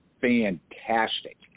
fantastic